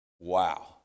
Wow